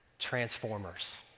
Transformers